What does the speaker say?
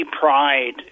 pride